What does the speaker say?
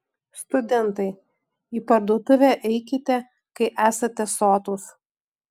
studentai į parduotuvę eikite kai esate sotūs